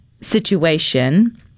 situation